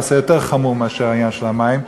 מעשה יותר חמור מאשר העניין של המים.